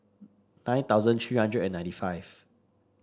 nine thousand three hundred and ninety five